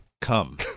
Come